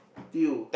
Tiew